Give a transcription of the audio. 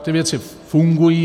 Ty věci fungují.